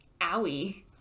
Owie